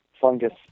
fungus